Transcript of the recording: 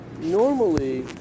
normally